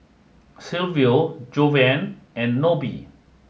Silvio Jovan and Nobie